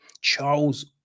Charles